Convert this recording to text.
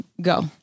go